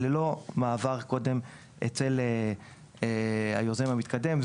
ללא מעבר קודם אצל היוזם המתקדם.